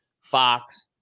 Fox